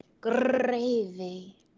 gravy